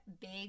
big